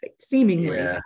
seemingly